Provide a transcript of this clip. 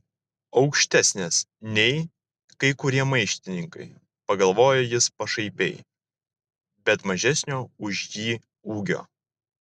aukštesnės nei kai kurie maištininkai pagalvojo jis pašaipiai bet mažesnio už jį ūgio